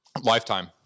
Lifetime